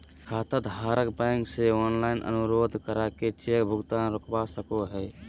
खाताधारक बैंक से ऑनलाइन अनुरोध करके चेक भुगतान रोकवा सको हय